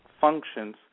functions